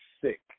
sick